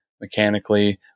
mechanically